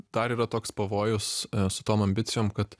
dar yra toks pavojus su tom ambicijom kad